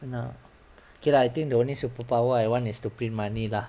nak okay lah I think the only superpower I want is to print money lah